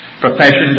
profession